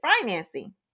financing